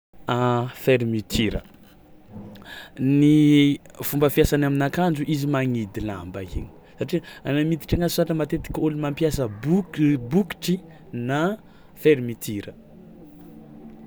Fermeture ny fomba fiasany amin'akanjo izy magnidy lamba igny satria ana miditra anazy ohatra matetiky ôlo mampiasa bok- bokotry na fermeture.